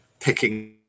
picking